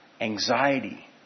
anxiety